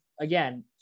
again